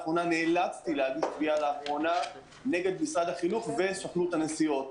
נאלצתי להגיש תביעה לאחרונה נגד משרד החינוך וסוכנות הנסיעות.